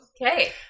okay